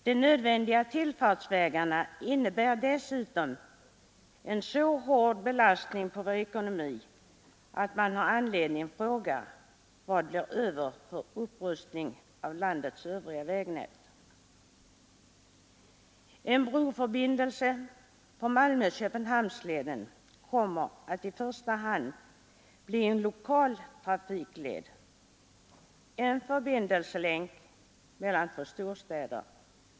De nödvändiga tillfartsvägarna innebär dessutom en så hård belastning på vår ekonomi att man har anledning fråga vad som blir över för upprustning av landets övriga vägnät. En broförbindelse på Malmö— Köpenhamnsleden kommer att i första hand bli en lokal trafikled, en förbindelselänk mellan två storstäder.